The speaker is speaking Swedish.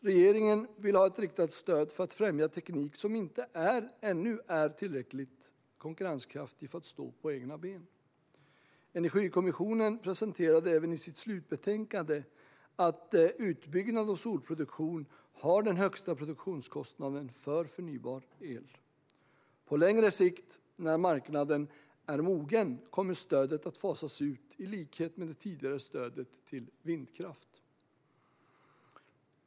Regeringen vill ha ett riktat stöd för att främja teknik som ännu inte är tillräckligt konkurrenskraftig för att stå på egna ben. Energikommissionen presenterade även i sitt slutbetänkande att utbyggnad av solelsproduktion har den högsta produktionskostnaden för förnybar el. På längre sikt, när marknaden är mogen, kommer stödet att fasas ut i likhet med det tidigare stödet till vindkraft.